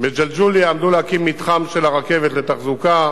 בג'לג'וליה עמדו להקים מתחם של הרכבת לתחזוקה,